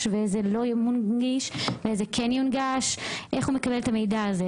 ואיזה לא איך הוא מקבל את המדיע זה?